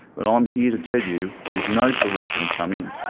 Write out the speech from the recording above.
but i'm here to tell you there's no solution coming,